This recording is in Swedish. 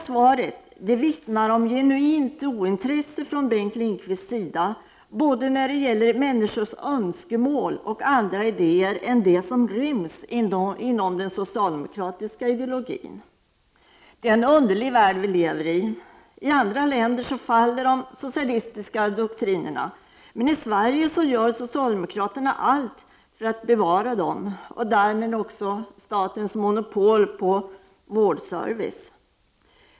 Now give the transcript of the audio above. Svaret vittnar om genuint ointresse från Bengt Lindqvist både när det gäller människors önskemål och andra idéer än dem som ryms inom den socialdemokratiska ideologin. Det är en underlig värld vi lever i. I andra länder faller de socialistiska doktrinerna. Men i Sverige gör socialdemokraterna allt för att bevara dem och därmed också statens monopol på vårdservice.